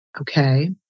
Okay